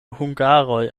hungaroj